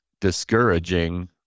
discouraging